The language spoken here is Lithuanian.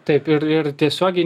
taip ir ir tiesiogiai